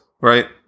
right